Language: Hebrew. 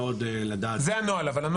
זה הנוהל אבל,